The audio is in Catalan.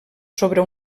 sobre